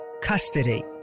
custody